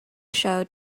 show